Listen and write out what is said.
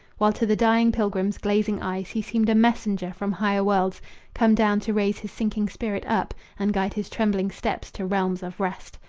while to the dying pilgrim's glazing eyes he seemed a messenger from higher worlds come down to raise his sinking spirit up and guide his trembling steps to realms of rest.